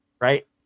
right